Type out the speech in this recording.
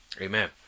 Amen